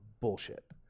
bullshit